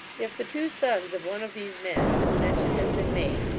if the two sons of one of these men, of whom mention has been made,